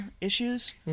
issues